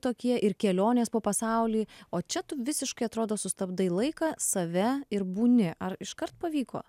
tokie ir kelionės po pasaulį o čia tu visiškai atrodo sustabdai laiką save ir būni ar iškart pavyko